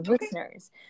listeners